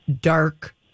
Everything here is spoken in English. dark